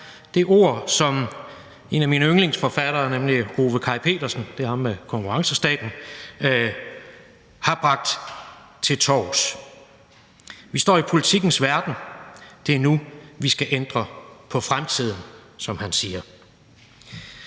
et ord, som en af mine yndlingsforfattere, nemlig Ove Kaj Pedersen – det er ham med konkurrencestaten – har bragt til torvs. Vi står i politikkens verden. Det er nu, vi skal ændre på fremtiden, som han siger.